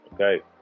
Okay